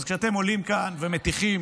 אז כשאתם עולים לכאן ומטיחים